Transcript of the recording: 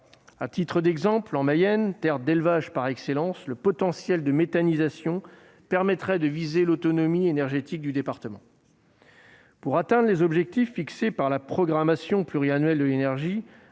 À titre d'exemple, en Mayenne- terre d'élevage par excellence -, le potentiel de méthanisation permettrait d'assurer l'autonomie énergétique du département. Pour atteindre les objectifs fixés par la programmation pluriannuelle de l'énergie,